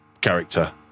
character